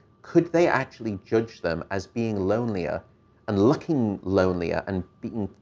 could they actually judge them as being lonelier and looking lonelier and beaten,